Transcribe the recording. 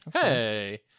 Hey